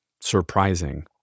surprising